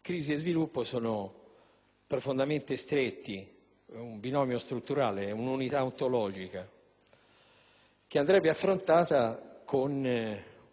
crisi e sviluppo sono profondamente connessi, sono un binomio strutturale, un'unità ontologica che andrebbe affrontata con